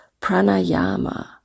pranayama